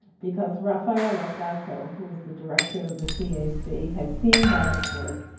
because rafaela plateau, who is the director of the cac, had seen bob's work